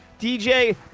DJ